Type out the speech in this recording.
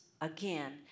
again